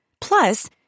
Plus